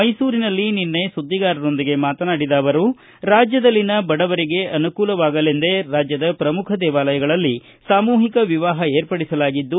ಮೈಸೂರಿನಲ್ಲಿ ನಿನ್ನೆ ಸುದ್ದಿಗಾರರೊಂದಿಗೆ ಮಾತನಾಡಿದ ಅವರು ರಾಜ್ಯದಲ್ಲಿನ ಬಡವರಿಗೆ ಅನುಕೂಲವಾಗಲೆಂದೇ ರಾಜ್ಯದ ಪ್ರಮುಖ ದೇವಾಲಯಗಳಲ್ಲಿ ಸಾಮೂಹಿಕ ವಿವಾಹ ವಿರ್ಪಡಿಸಲಾಗಿದ್ದು